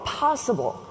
possible